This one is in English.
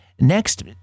next